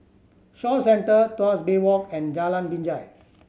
Shaw Centre Tuas Bay Walk and Jalan Binjai